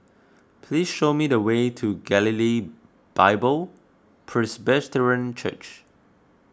please show me the way to Galilee Bible Presbyterian Church